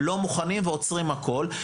לא מוכנים ועוצרים הכול.